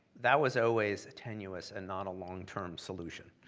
that was always tenuous and not a long-term solution.